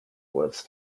was